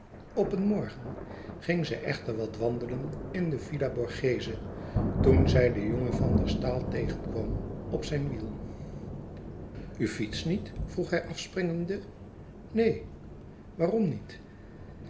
op een morgen ging zij echter wat wandelen in de villa borghese toen zij den jongen van der staal tegen kwam op zijn wiel u fietst niet vroeg hij afspringende neen waarom niet